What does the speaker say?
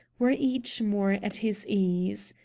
were each more at his ease.